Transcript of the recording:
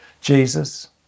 Jesus